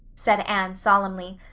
said anne solemnly.